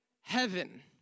heaven